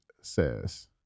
says